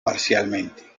parcialmente